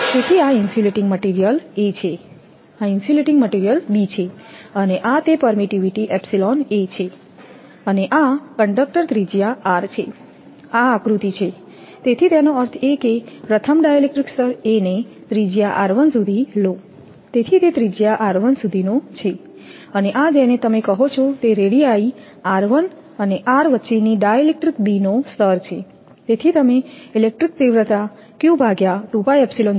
તેથી આ insulating material A છે આ ઇન્સ્યુલેટીંગ મટિરિયલ B છે અને આ તે પરમીટીવીટી છે અને આ કંડક્ટર ત્રિજ્યા r છે આ આકૃતિ છે તેથી તેનો અર્થ એ કેપ્રથમ ડાઇલેક્ટ્રિક સ્તર A ને ત્રિજ્યા r1 સુધી લો તેથી તે ત્રિજ્યા r1 સુધીનો છે અને આ જેને તમે કહો છો તે રેડીઆઈ r1 અને R વચ્ચેની ડાઇલેક્ટ્રિક B નો સ્તર છે તેથી તમે ઇલેક્ટ્રિક તીવ્રતા સામાન્ય સમીકરણ છે